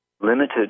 limited